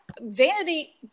vanity